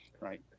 right